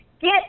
get